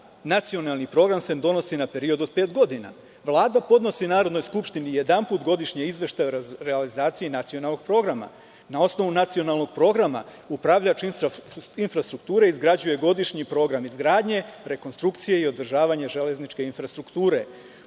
nacionalni program se donosi na period od pet godina. Vlada podnosi Narodnoj skupštini jedanput godišnje izveštaj o realizaciji nacionalnog programa. Na osnovu nacionalnog programa upravljač infrastrukture izgrađuje godišnji program izgradnje, rekonstrukcije i održavanje železničke infrastrukture.